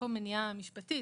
מניעה משפטית.